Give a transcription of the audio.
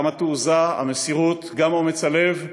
וגם התעוזה, המסירות, גם אומץ הלב.